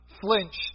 flinch